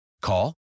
Call